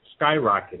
skyrocketing